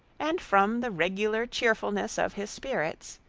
and from the regular cheerfulness of his spirits,